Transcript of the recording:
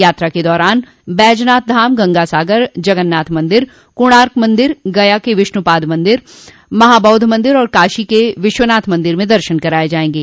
यात्रा के दौरान बैजनाथ धाम गंगासागर जगन्नाथ मंदिर कोर्णाक मंदिर गया के विष्णूपाद मंदिर महाबौद्ध मंदिर और काशी के विश्वनाथ मंदिर में दर्शन कराये जायेंगे